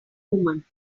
woman